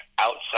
outside